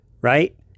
right